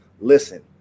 listen